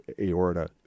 aorta